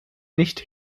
nicht